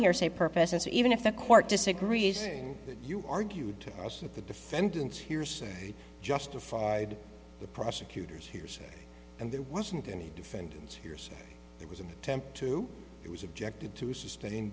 hearsay purposes even if the court disagrees you argued that the defendant's hearsay justified the prosecutor's hearsay and there wasn't any defendant's peers there was an attempt to it was objected to sustain